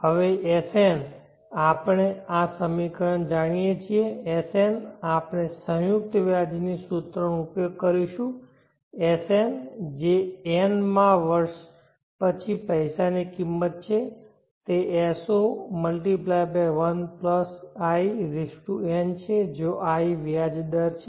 હવે Sn આપણે આ સમીકરણ જાણીએ છીએ Sn આપણે સંયુક્ત વ્યાજની સૂત્રનો ઉપયોગ કરીશું Sn જે n મા વર્ષ પછી પૈસાની કિંમત છે તે S01in છે જ્યાં i વ્યાજ દર છે